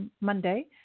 Monday